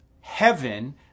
heaven